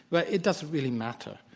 but it doesn't really matter,